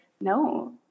no